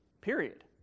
period